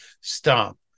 stop